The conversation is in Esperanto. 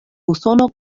usono